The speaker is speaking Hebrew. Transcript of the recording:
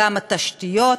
גם התשתיות,